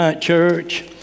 church